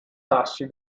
tassi